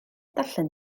darllen